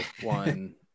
one